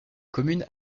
commune